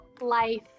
life